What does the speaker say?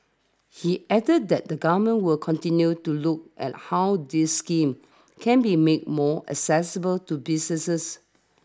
he added that the Government will continue to look at how these schemes can be made more accessible to businesses